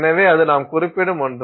எனவே அது நாம் குறிப்பிடும் ஒன்று